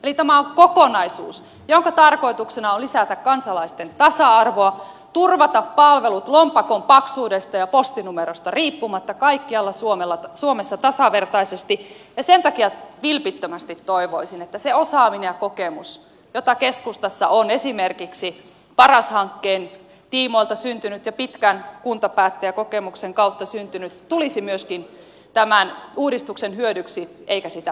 eli tämä on kokonaisuus jonka tarkoituksena on lisätä kansalaisten tasa arvoa turvata palvelut lompakon paksuudesta ja postinumerosta riippumatta kaikkialla suomessa tasavertaisesti ja sen takia vilpittömästi toivoisin että se osaaminen ja kokemus jota keskustassa on syntynyt esimerkiksi paras hankkeen tiimoilta ja pitkän kuntapäättäjäkokemuksen kautta tulisi myöskin tämän uudistuksen hyödyksi eikä sitä pelkästään vastustamaan